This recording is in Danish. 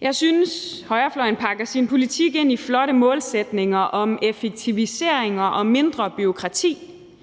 Jeg synes, højrefløjen pakker sin politik ind i flotte målsætninger om effektiviseringer og mindre bureaukrati,